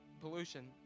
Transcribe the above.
pollution